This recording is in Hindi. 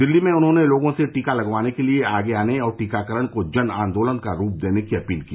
दिल्ली में उन्होंने लोगों से टीका लगवाने के लिए आगे आने और टीकाकरण को जन आंदोलन का रूप देने की अपील की